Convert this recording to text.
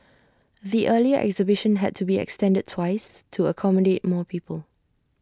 the earlier exhibition had to be extended twice to accommodate more people